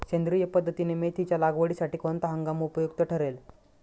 सेंद्रिय पद्धतीने मेथीच्या लागवडीसाठी कोणता हंगाम उपयुक्त ठरेल?